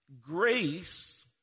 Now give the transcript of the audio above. Grace